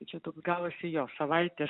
čia toks gavosi jo savaitės